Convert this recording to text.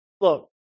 look